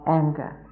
anger